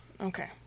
Okay